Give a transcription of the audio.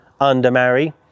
undermarry